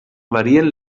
varien